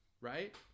right